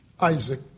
Isaac